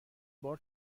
بار